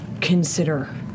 consider